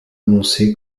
annoncé